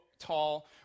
tall